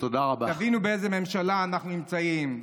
תבינו באיזו ממשלה אנחנו נמצאים.